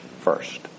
first